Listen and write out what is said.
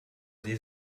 sie